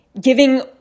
giving